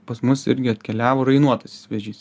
pas mus irgi atkeliavo rainuotasis vėžys